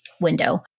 window